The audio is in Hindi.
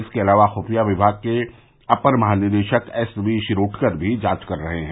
इसके अलावा खुफिया विभाग के अपर महानिदेशक एस वी शिरोडकर भी जांच कर रहे हैं